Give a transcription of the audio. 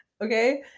Okay